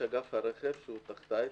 יש אגף הרכב שהוא תחתיי,